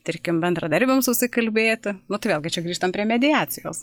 tarkim bendradarbiams susikalbėti nu tai vėlgi čia grįžtam prie mediacijos